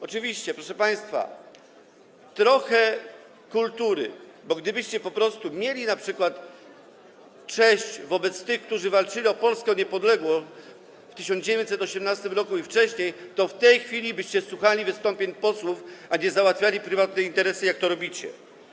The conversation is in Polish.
Oczywiście, proszę państwa, trochę kultury, bo gdybyście po prostu mieli np. cześć dla tych, którzy walczyli o Polskę, o Niepodległą w 1918 r. i wcześniej, to w tej chwili słuchalibyście wystąpień posłów, a nie załatwiali prywatne interesy, jak to robicie.